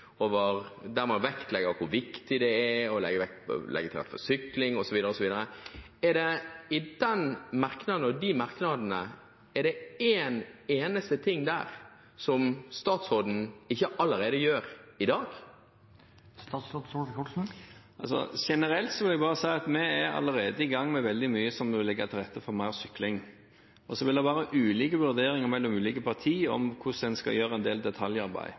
der man vektlegger hvor viktig det er å legge til rette for sykling osv., er det én eneste ting i merknadene som statsråden ikke allerede gjør i dag? Generelt vil jeg bare si at vi allerede er i gang med veldig mye som vil legge til rette for mer sykling. Så vil det være ulike vurderinger mellom ulike partier om hvordan man skal gjøre en del detaljarbeid.